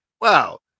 wow